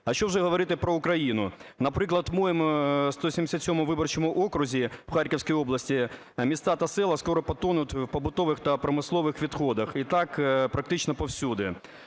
А вже говорити про Україну? Наприклад, в моєму 177 виборчому окрузі в Харківській області міста та села скоро потонуть побутових та промислових відходах і так практично повсюди.